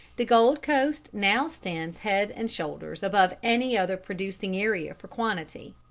the gold coast now stands head and shoulders above any other producing area for quantity.